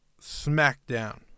SmackDown